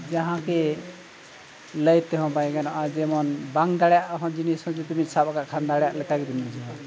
ᱡᱟᱦᱟᱸ ᱠᱤ ᱞᱟᱹᱭ ᱛᱮᱦᱚᱸ ᱵᱟᱭ ᱜᱟᱱᱚᱜᱼᱟ ᱡᱮᱢᱚᱱ ᱵᱟᱝ ᱫᱟᱲᱮᱭᱟᱜ ᱦᱚᱸ ᱡᱤᱱᱤᱥ ᱦᱚᱸ ᱡᱩᱫᱤ ᱵᱤᱱ ᱥᱟᱵ ᱟᱠᱟᱫ ᱠᱷᱟᱱ ᱫᱟᱲᱮᱭᱟᱜ ᱞᱮᱠᱟ ᱜᱮᱵᱤᱱ ᱵᱩᱡᱷᱟᱹᱣᱟ